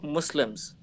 Muslims